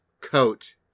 coat